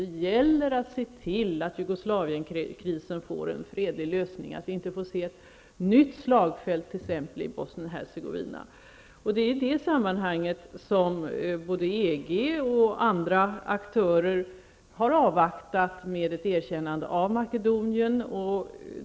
Det gäller att se till att Jugoslavienkrisen får en fredlig lösning, så att det inte blir ett nytt slagfält i t.ex. Bosnien-Hercegovina. Både EG och andra aktörer har därför avvaktat med ett erkännande av Makedonien.